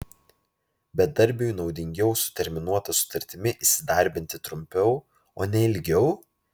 bedarbiui naudingiau su terminuota sutartimi įsidarbinti trumpiau o ne ilgiau